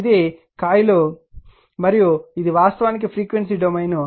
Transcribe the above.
ఇది కాయిల్ మరియు ఇది వాస్తవానికి ఫ్రీక్వెన్సీ డొమైన్